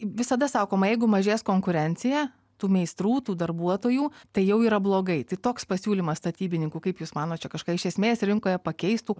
visada sakoma jeigu mažės konkurencija tų meistrų tų darbuotojų tai jau yra blogai tai toks pasiūlymas statybininkų kaip jūs manot čia kažką iš esmės rinkoje pakeistų